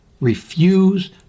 Refuse